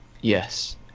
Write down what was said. yes